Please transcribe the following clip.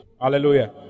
Hallelujah